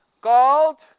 called